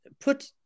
put